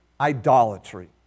idolatry